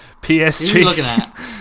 PSG